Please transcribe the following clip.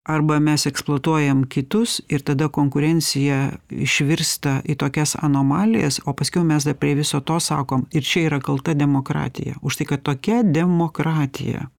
arba mes eksportuojam kitus ir tada konkurencija išvirsta į tokias anomalijas o paskiau mes dar prie viso to sakom ir čia yra kalta demokratija už tai kad tokia demokratija